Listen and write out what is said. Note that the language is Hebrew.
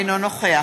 אינו נוכח